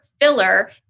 filler